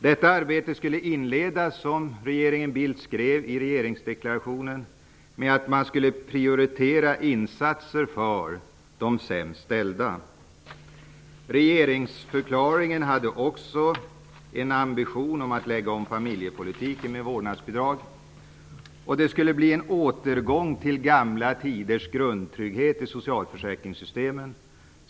Detta arbete skulle inledas, skrev regeringen Bildt i regeringsdeklarationen, med att man skulle prioritera insatser för de sämst ställda. Regeringsförklaringen hade också en ambition att lägga om familjepolitiken genom ett vårdnadsbidrag. Det skulle bli en återgång till gamla tiders grundtrygghet i socialförsäkringssystemen.